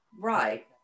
Right